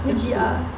legit ah